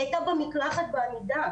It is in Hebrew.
היא הייתה במקלחת בעמידה,